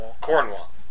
Cornwall